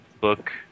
book